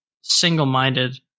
single-minded